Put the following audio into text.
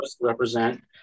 represent